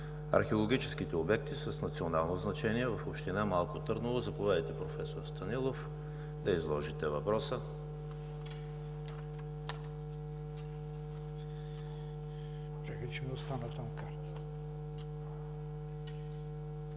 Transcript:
археологически обекти с национално значение в община Малко Търново. Заповядайте, проф. Станилов, да изложите въпроса.